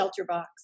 ShelterBox